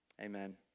amen